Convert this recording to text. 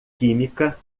química